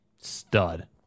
Stud